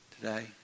today